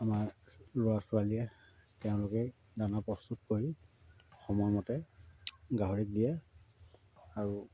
আমাৰ ল'ৰা ছোৱালীয়ে তেওঁলোকে দানা প্ৰস্তুত কৰি সময়মতে গাহৰিক দিয়ে আৰু